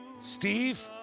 Steve